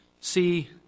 See